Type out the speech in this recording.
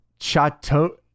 Chateau